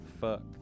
Fuck